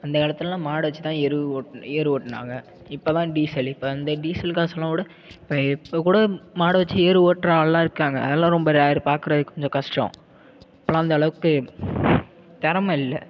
அந்த காலத்துலலாம் மாடை வச்சு தான் எருவு ஓட் ஏரு ஓட்டுனாங்க இப்ப தான் டீசல் இப்போ அந்த டீசல் காசலாம்விட இப்போ இப்போ கூட மாடை வச்சு ஏரு ஓட்டுற ஆளுலாம் இருக்காங்க அதெலாம் ரொம்ப ரேர் பார்க்குறது கொஞ்சம் கஷ்டம் இப்போலாம் அந்தளவுக்கு திறம இல்லை